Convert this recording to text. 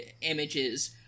images